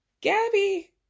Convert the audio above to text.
Gabby